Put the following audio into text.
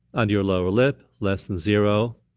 under your lower lip, less than zero.